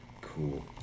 Cool